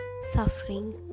suffering